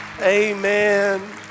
Amen